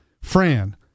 Fran